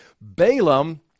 Balaam